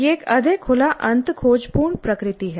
यह एक अधिक खुला अंत खोजपूर्ण प्रकृति है